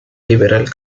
liberal